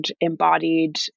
embodied